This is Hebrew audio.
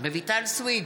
רויטל סויד,